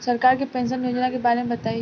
सरकार के पेंशन योजना के बारे में बताईं?